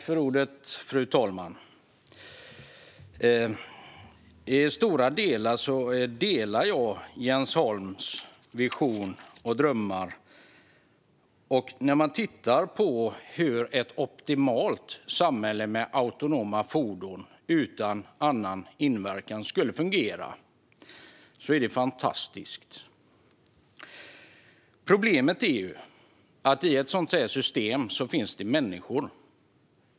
Fru talman! I stort delar jag Jens Holms vision och drömmar. När man tittar på hur ett optimalt samhälle med autonoma fordon utan annan inverkan skulle fungera är det fantastiskt. Problemet är att det i ett sådant system finns människor.